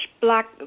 black